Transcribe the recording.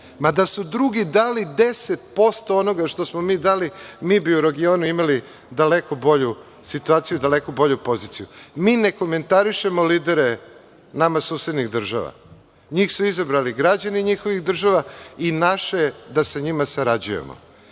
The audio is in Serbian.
Ma da su drugi dali 10% onoga što smo mi dali, mi bi u regionu imali daleko bolju situaciju, daleko bolju poziciju. Ne komentarišemo lidere nama susednih država. NJih su izabrali građani njihovih država i naše je da sa njima sarađujemo.